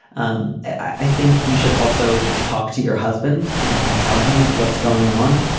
um i think you should also talk to your husband and and tell him what's going on.